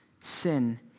sin